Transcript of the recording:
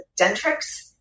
Dentrix